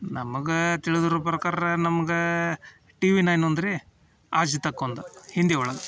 ನಮ್ಗೆ ತಿಳಿದಿರೋ ಪ್ರಕಾರ ನಮ್ಗೆ ಟಿವಿ ನೈನ್ ಒಂದು ರೀ ಆಜ್ ತಕ್ ಒಂದು ಹಿಂದಿ ಒಳಗೆ